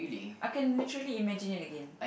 I could literally imagine it again